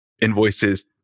invoices